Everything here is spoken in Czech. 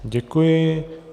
Děkuji.